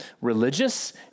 religious